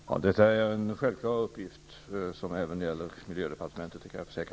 Herr talman! Detta är en självklar uppgift, som även gäller miljödepartementet. Det kan jag försäkra.